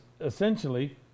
essentially